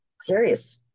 Serious